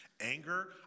Anger